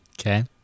Okay